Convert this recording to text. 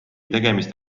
tegemist